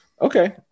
Okay